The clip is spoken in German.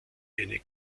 die